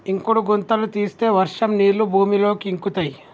ఇంకుడు గుంతలు తీస్తే వర్షం నీళ్లు భూమిలోకి ఇంకుతయ్